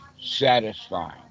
satisfying